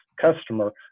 customer